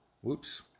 whoops